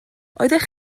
oeddech